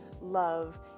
love